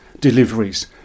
deliveries